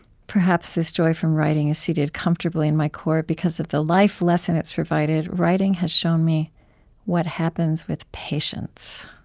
perhaps this joy from writing is seated comfortably in my core because of the life lesson it's provided. writing has shown me what happens with patience.